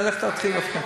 לך תתחיל להבחין.